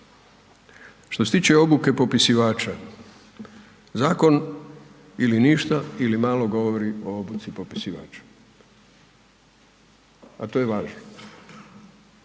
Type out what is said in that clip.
Što se tiče obuke popisivača, zakon ili ništa ili malo govori o obuci popisivača, a to je važno.